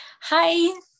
Hi